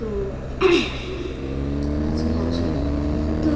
তো মাছ নিয়ে আসে তো